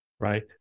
Right